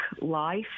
life